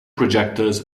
projectors